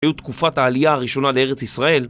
היו תקופת העלייה הראשונה לארץ ישראל.